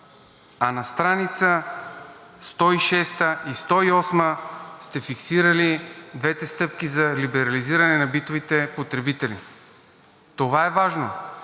а на страница 106 и 108 сте фиксирали двете стъпки за либерализиране на битовите потребители. Това е важно